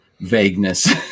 vagueness